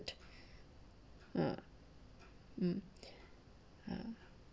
ah mm mm